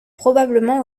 probablement